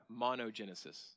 monogenesis